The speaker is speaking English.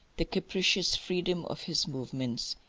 the capricious freedom of his movements,